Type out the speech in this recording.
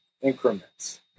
increments